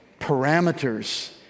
parameters